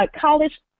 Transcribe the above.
College